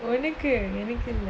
ஒனக்கு எனக்கில்ல:onaku enakilla